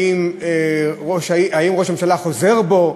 האם ראש הממשלה חוזר בו,